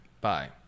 bye